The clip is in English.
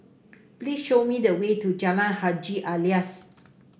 please show me the way to Jalan Haji Alias